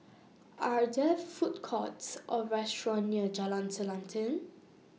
Are There Food Courts Or restaurants near Jalan Selanting